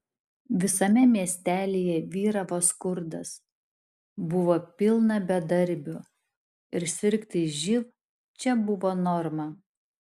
visame miestelyje vyravo skurdas buvo pilna bedarbių ir sirgti živ čia buvo norma